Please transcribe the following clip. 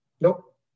Nope